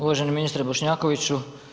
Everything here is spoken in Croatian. Uvaženi ministre Bošnjakoviću.